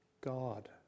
God